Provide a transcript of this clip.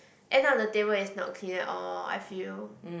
end up the table is not clean at all I feel